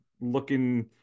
looking –